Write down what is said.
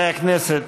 חברי הכנסת,